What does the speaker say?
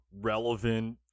relevant